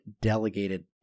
delegated